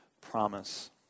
promise